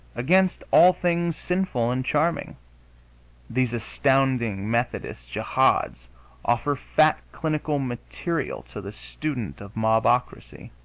against all things sinful and charming these astounding methodist jehads offer fat clinical material to the student of mobocracy.